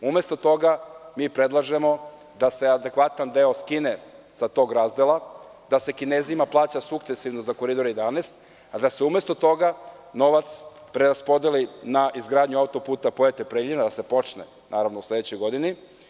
Umesto toga, mi predlažemo da se adekvatan deo skine sa tog razdela, da se Kinezima plaća sukcesivno za Koridor 11, a da se umesto toga novac preraspodeli na izgradnju autoputa Pojate-Preljina, da se počne u sledećoj godini.